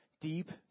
deep